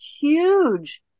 huge